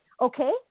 Okay